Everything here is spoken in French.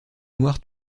noirs